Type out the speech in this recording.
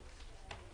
בבקשה.